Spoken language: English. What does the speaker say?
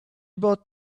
bought